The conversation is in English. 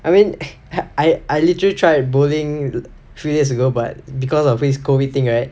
I mean I I I literally tried bowling three days ago but because of this COVID thing right